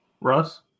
Russ